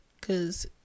Cause